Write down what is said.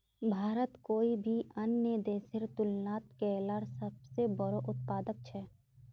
भारत कोई भी अन्य देशेर तुलनात केलार सबसे बोड़ो उत्पादक छे